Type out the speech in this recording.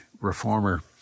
reformer